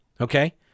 Okay